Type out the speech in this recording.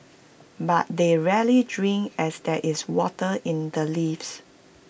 but they rarely drink as there is water in the leaves